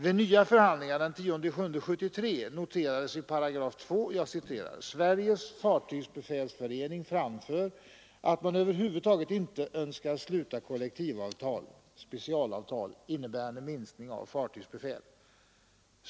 Vid nya förhandlingar den 10 juli 1973 noteras i 2 §: ”Sveriges Fartygsbefälsförening framför att man överhuvudtaget icke önskar sluta kollektivavtal innebärande minskning av fartygsbefäl.